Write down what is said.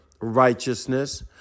righteousness